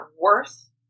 worth